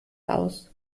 aus